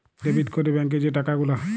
debit ক্যরে ব্যাংকে যে টাকা গুলা